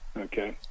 Okay